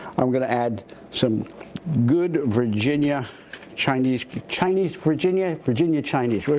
i'm gonna add some good virginia chinese chinese virginia virginia chinese,